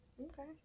Okay